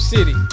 City